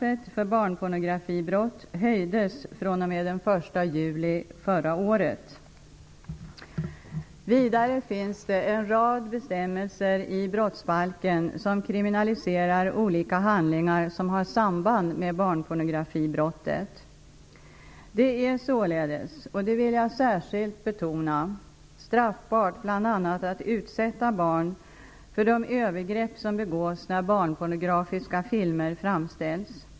1 juli förra året. Vidare finns en rad bestämmelser i brottsbalken som kriminaliserar olika handlingar som har samband med barnpornografibrottet. Det är således -- och det vill jag särskilt betona -- straffbart bl.a. att utsätta barn för de övergrepp som begås när barnpornografiska filmer framställs.